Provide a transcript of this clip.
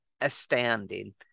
astounding